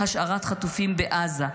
לנוכח השארת חטופים בעזה,